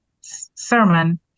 sermon